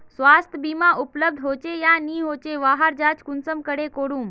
स्वास्थ्य बीमा उपलब्ध होचे या नी होचे वहार जाँच कुंसम करे करूम?